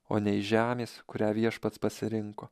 o ne iš žemės kurią viešpats pasirinko